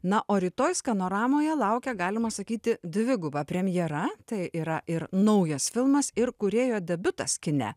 na o rytoj skanoramoje laukia galima sakyti dviguba premjera tai yra ir naujas filmas ir kūrėjo debiutas kine